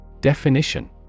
Definition